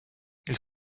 ils